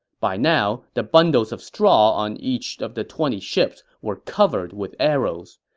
by now, the bundles of straws on each of the twenty ships were covered with arrows.